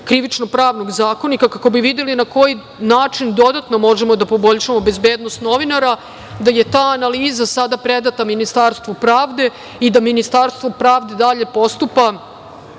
krivično-pravnog zakonika kako bi videli na koji način dodatno možemo da poboljšamo bezbednost novinara, da je ta analiza sada predata Ministarstvu pravde i da Ministarstvo pravde dalje postupa